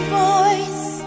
voice